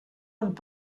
und